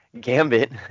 gambit